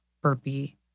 burpee